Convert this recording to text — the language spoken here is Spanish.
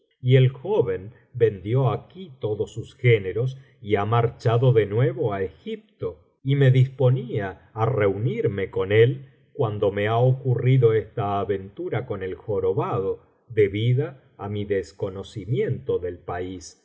y el joven vendió aquí todos sus géneros y ha marchado de nuevo á egipto y me disponía á re biblioteca valenciana generalitat valenciana historia del jorosado o unirme con él cuando me ha ocurrido esta aventura con el jorobado debida á mi desconocimiento del país